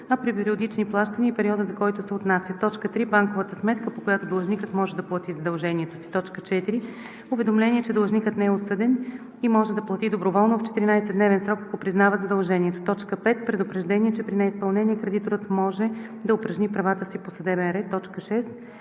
а при периодични плащания – и периода, за който се отнася; 3. банковата сметка, по която длъжникът може да плати задължението си; 4. уведомление, че длъжникът не е осъден и може да плати доброволно в 14-дневен срок, ако признава задължението; 5. предупреждение, че при неизпълнение кредиторът може да упражни правата си по съдебен ред; 6.